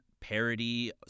parody